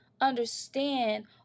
understand